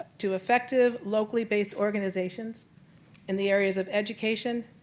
to effective locally based organizations in the areas of education,